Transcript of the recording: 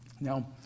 Now